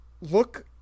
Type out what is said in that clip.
look